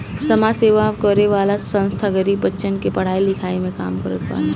समाज सेवा करे वाला संस्था गरीब बच्चन के पढ़ाई लिखाई के काम करत बाने